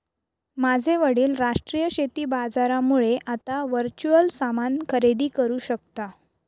माझे वडील राष्ट्रीय शेती बाजारामुळे आता वर्च्युअल सामान खरेदी करू शकता